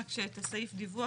רק שאת סעיף הדיווח,